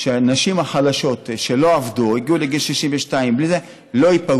שבה הנשים החלשות שלא עבדו והגיעו לגיל 62 לא ייפגעו.